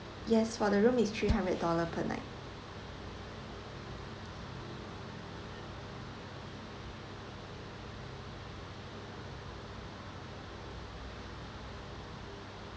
yes for the room is three hundred dollar per night